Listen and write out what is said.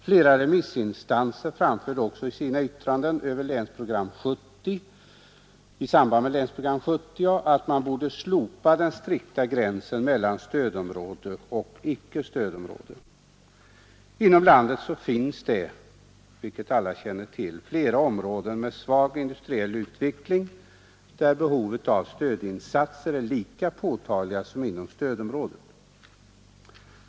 Flera remissinstanser framförde också i sina yttranden i samband med Länsprogram 70 att man borde slopa den strikta gränsen mellan stödområde och icke stödområde. Inom landet finns det — vilket alla känner till — flera områden med svag industriell utveckling, där behov av stödinsatser är lika påtagliga som inom stödområdet.